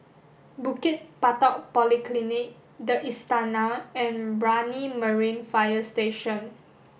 Bukit Batok Polyclinic the Istana and Brani Marine Fire Station